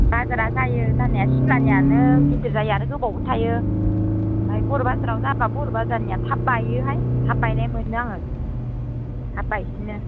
बाजारा जायो जानाया सिमलानियानो गिदिर जायो आरो गोबावबो थायो आमफ्राय बर' बाजाराव जाबा बर' बाजारनिया थाब बायोहाय थाब बायनाय मोनो आङो थाब बायसिनो